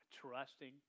trusting